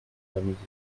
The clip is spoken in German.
vermiesen